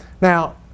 Now